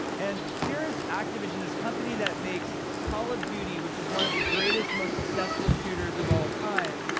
and here's activision, this company that makes call of duty, which is one of the greatest, most successful shooters of all time,